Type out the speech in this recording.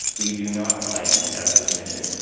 we do not find as the commission.